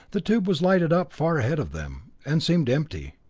the tube was lighted up far ahead of them, and seemed empty.